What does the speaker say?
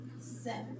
seven